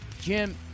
Jim